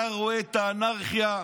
אתה רואה את האנרכיה,